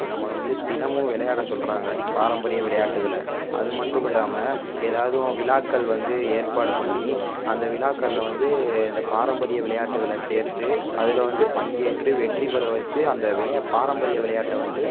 நம்மளை வந்து தினமும் விளையாட சொல்லுறாங்க பாரம்பரிய விளையாட்டுகளை அது மட்டும் இல்லாமல் எதாவதும் விழாக்கள் வந்து ஏற்பாடு பண்ணி அந்த விழாக்களில் வந்து இந்த பாரம்பரிய விளையாட்டுகளை சேர்த்து அதில் வந்து பங்கேற்று வெற்றிபெற வச்சு அந்த வழியாக பாரம்பரிய விளையாட்ட வந்து